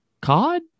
Cod